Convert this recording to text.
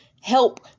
help